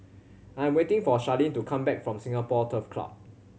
I am waiting for Sharlene to come back from Singapore Turf Club